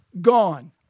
gone